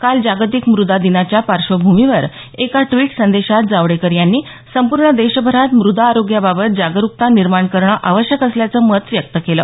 काल जागतिक मृदा दिनाच्या पाश्वभूमीवर एका ट्विट संदेशात जावडेकर यांनी संपूर्ण देशभरात मुदा आरोग्याबाबत जागरुकता निर्माण करणं आवश्यक असल्याचं मत व्यक्त केलं